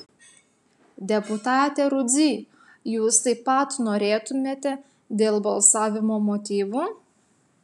deputate rudzy jūs taip pat norėtumėte dėl balsavimo motyvų